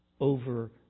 over